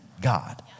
God